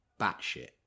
batshit